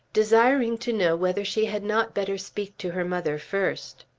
desiring to know whether she had not better speak to her mother first.